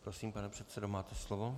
Prosím, pane předsedo, máte slovo.